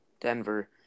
Denver